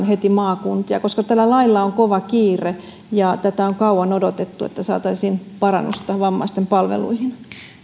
heti maakuntia tällä lailla on kova kiire ja tätä on kauan odotettu että saataisiin parannusta vammaisten palveluihin